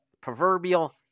proverbial